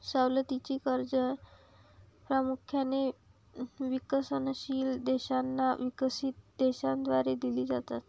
सवलतीची कर्जे प्रामुख्याने विकसनशील देशांना विकसित देशांद्वारे दिली जातात